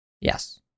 Yes